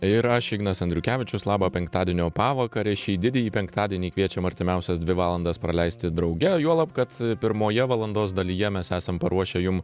ir aš ignas andriukevičius labą penktadienio pavakarę šį didįjį penktadienį kviečiam artimiausias dvi valandas praleisti drauge juolab kad pirmoje valandos dalyje mes esam paruošę jum